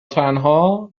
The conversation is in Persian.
تنها